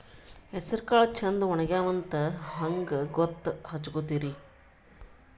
ಹೆಸರಕಾಳು ಛಂದ ಒಣಗ್ಯಾವಂತ ಹಂಗ ಗೂತ್ತ ಹಚಗೊತಿರಿ?